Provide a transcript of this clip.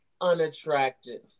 unattractive